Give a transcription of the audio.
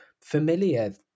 familiar